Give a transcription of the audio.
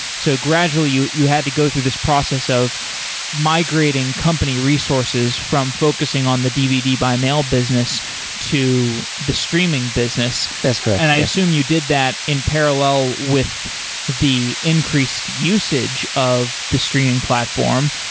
so, gradually, you you had to go through this process of migrating company resources from focusing on the dvd by mail business to the streaming business. that's correct and i assume you did that in parallel with the increased usage of the streaming platform.